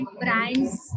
brands